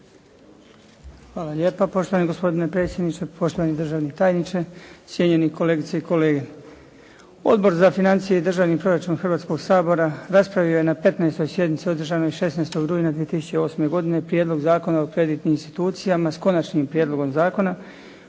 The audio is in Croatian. Hvala lijepa poštovani gospodine predsjedniče, poštovani državni tajniče, cijenjeni kolegice i kolege. Odbor za financije i državni proračun Hrvatskog sabora raspravio je na 15. sjednici održanoj 16. rujna 2008. godine Prijedlog zakona o kreditnim institucijama s Konačnim prijedlogom zakona